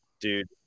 Dude